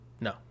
No